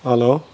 hello